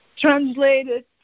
translated